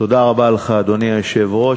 תודה רבה לך, אדוני היושב-ראש.